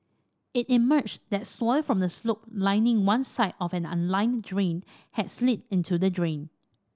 it emerged that soil from the slope lining one side of an unlined drain had slid into the drain